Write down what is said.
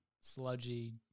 sludgy